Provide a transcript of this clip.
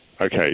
Okay